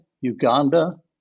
Uganda